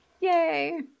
Yay